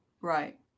Right